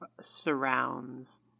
surrounds